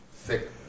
Thick